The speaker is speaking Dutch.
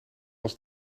als